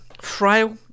frail